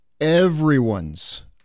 everyone's